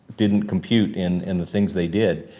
didn't compute in in the things they did.